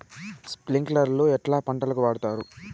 స్ప్రింక్లర్లు ఎట్లా పంటలకు వాడుతారు?